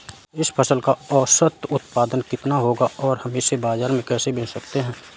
इस फसल का औसत उत्पादन कितना होगा और हम इसे बाजार में कैसे बेच सकते हैं?